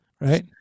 right